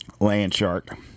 Landshark